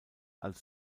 als